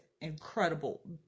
incredible